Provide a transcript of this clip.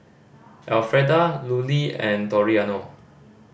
Elfreda Lulie and Toriano